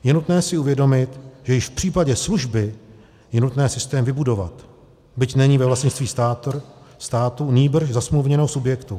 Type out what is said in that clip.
Je nutné si uvědomit, že již v případě služby je nutné systém vybudovat, byť není ve vlastnictví státu, nýbrž zasmluvněného subjektu.